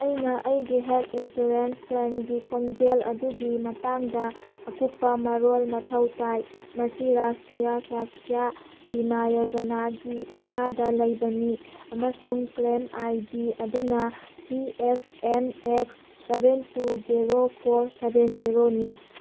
ꯑꯩꯅ ꯑꯩꯒꯤ health insurance ꯀ꯭ꯂꯦꯝꯒꯤ ꯈꯣꯟꯖꯦꯜ ꯑꯗꯨꯒꯤ ꯃꯇꯥꯡꯗ ꯑꯀꯨꯞꯄ ꯃꯔꯣꯜ ꯃꯊꯧ ꯇꯥꯏ ꯃꯁꯤ ꯔꯥꯁꯇ꯭ꯔꯤꯌꯥ ꯁ꯭ꯋꯥꯁꯇꯤꯌꯥ ꯕꯤꯃꯥ ꯌꯣꯖꯅꯥꯒꯤ ꯃꯈꯥꯗ ꯂꯩꯕꯅꯤ ꯑꯃꯁꯨꯡ ꯀ꯭ꯂꯦꯝ ꯑꯥꯏ ꯗꯤ ꯑꯗꯨꯅ C F N X seven two zero four seven ꯖꯦꯔꯣꯅꯤ